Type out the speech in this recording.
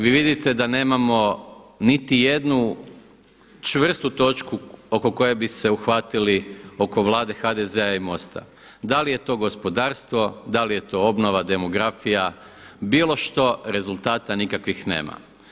Vi vidite da nemamo niti jednu čvrstu točku oko koje bi se uhvatili oko Vlade HDZ-a i MOST-a, da li je to gospodarstvo, da li je to obnova, demografija, bilo što rezultata nikakvih nema.